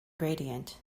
gradient